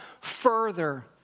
further